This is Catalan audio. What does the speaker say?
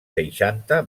seixanta